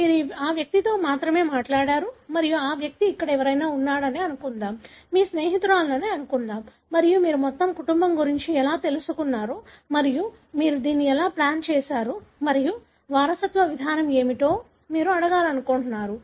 మీరు ఆ వ్యక్తితో మాత్రమే మాట్లాడారు మరియు ఆ వ్యక్తి ఇక్కడ ఎవరైనా ఉన్నాడని అనుకుందాం మీ స్నేహితురాలిని అనుకుందాం మరియు మీరు మొత్తం కుటుంబం గురించి ఎలా తెలుసుకున్నారో మరియు మీరు దీన్ని ఎలా ప్లాన్ చేసారు మరియు వారసత్వ విధానం ఏమిటో మీరు అడగాలనుకుంటున్నారు